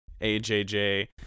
AJJ